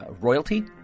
royalty